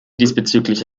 diesbezüglich